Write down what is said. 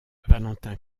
valentin